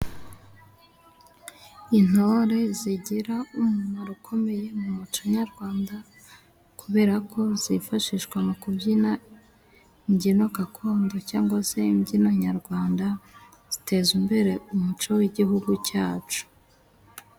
Intore zigira umumaro ukomeye mu muco nyarwanda, kubera ko zifashishwa mu kubyina imbyino gakondo cyangwa se imbyino nyarwanda ziteza imbere umuco w'Igihugu cyacu.